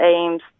aims